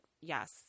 yes